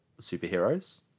superheroes